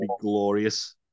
glorious